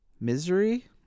Misery